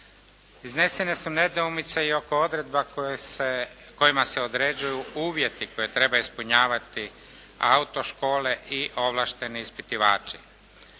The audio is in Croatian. Iznesene su nedoumice i oko odredba koje se, kojima se određuju uvjeti koje trebaju ispunjavati autoškole i ovlašteni ispitivači.